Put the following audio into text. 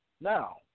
now